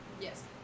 Yes